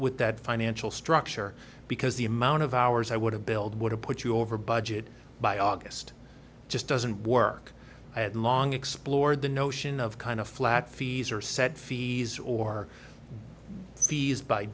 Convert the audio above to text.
with that financial structure because the amount of hours i would have billed would have put you over budget by august just doesn't work at long explored the notion of kind of flat fees or set fees or fees by